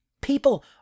People